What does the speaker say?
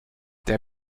der